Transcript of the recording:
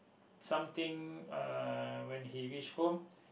something uh when he reach home